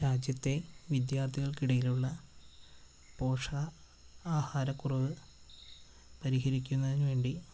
രാജ്യത്തെ വിദ്യാർത്ഥികൾക്കിടയിലുള്ള പോഷക ആഹാരക്കുറവ് പരിഹരിക്കുന്നതിനുവേണ്ടി